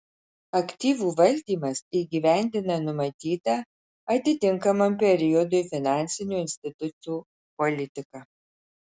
aktyvų valdymas įgyvendina numatytą atitinkamam periodui finansinių institutų politiką